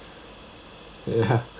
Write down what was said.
ya